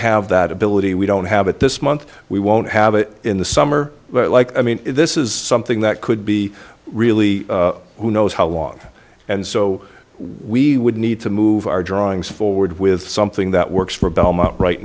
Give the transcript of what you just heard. have that ability we don't have it this month we won't have it in the summer but like i mean this is something that could be really who knows how long and so we would need to move our drawings forward with something that works for belmont right